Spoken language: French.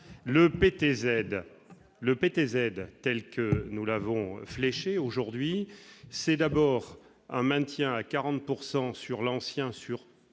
Le PTZ, tel que nous l'avons fléché aujourd'hui, comprend d'abord le maintien à 40 % sur l'ancien sur